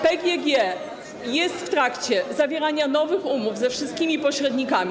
PGG jest w trakcie zawierania nowych umów ze wszystkimi pośrednikami.